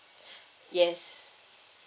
yes